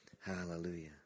Hallelujah